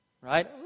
right